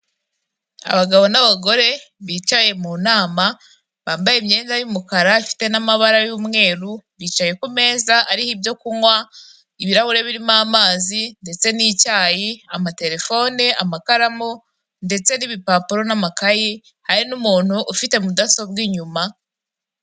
Abagabo n'abagore bicaye mu nama bambaye imyenda y'umukara bafite n'amabara y'umweru bicaye ku meza ariho ibyo kunywa, ibirahure birimo amazi ndetse n'icyayi, amaterefone, amakaramu ndetse n'ibipapuro n'amakayi, hari n'umuntu ufite mudasobwa inyuma.